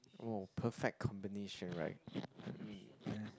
oh perfect combination right